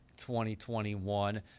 2021